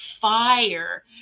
fire